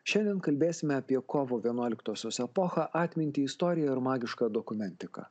šiandien kalbėsime apie kovo vienuoliktosios epochą atmintį istoriją ir magišką dokumentiką